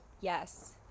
yes